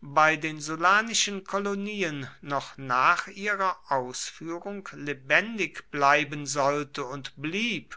bei den sullanischen kolonien noch nach ihrer ausführung lebendig bleiben sollte und blieb